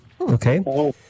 okay